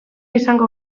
izango